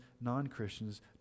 non-Christians